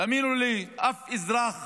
תאמינו לי, אף אזרח